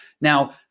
Now